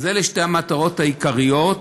אלה שתי המטרות העיקריות,